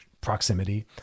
proximity